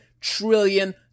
trillion